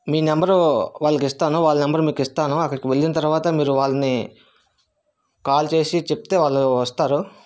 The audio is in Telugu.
మీ నెంబరు వాళ్లకు ఇస్తాను వాళ్ళ నెంబర్ మీకు ఇస్తాను అక్కడికి వెళ్లిన తర్వాత మీరు వాళ్ళని కాల్ చేసి చెప్తే వాళ్ళు వస్తారు